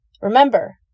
Remember